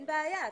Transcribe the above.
אין בעיה.